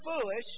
foolish